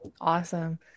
Awesome